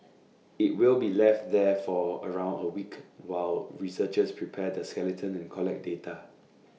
IT will be left there for around A week while researchers prepare the skeleton and collect data